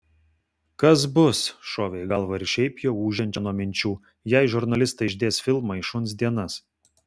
kas bus šovė į galvą ir šiaip jau ūžiančią nuo minčių jei žurnalistai išdės filmą į šuns dienas